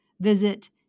visit